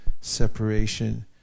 separation